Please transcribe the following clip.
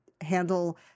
Handle